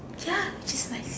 ya just like